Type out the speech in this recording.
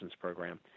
program